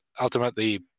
ultimately